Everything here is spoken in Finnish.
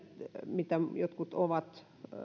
mitä jotkut ovat